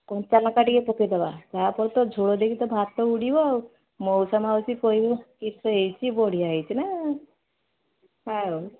କଞ୍ଚାଲଙ୍କା ଟିକିଏ ପକେଇଦେବା ତା'ପରେ ତ ଝୁଳ ଦେଇକି ତ ଭାତ ଉଡ଼ିବ ଆଉ ମଉସା ମାଉସୀ କଇବେ କିସ ହେଇଛି ବଢ଼ିଆ ହେଇଛିନା ଆଉ